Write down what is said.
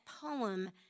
poem